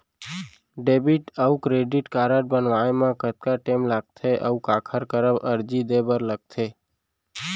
Debit अऊ credit card बनवाए मा कतका टेम लगथे, अऊ काखर करा अर्जी दे बर लगथे?